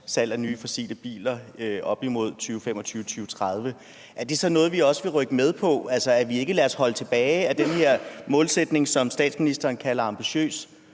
salget af nye fossile biler frem imod 2025-2030 – så er det noget, vi også kunne rykke med på, altså at vi ikke lader os holde tilbage af den her målsætning, som statsministeren kalder ambitiøs,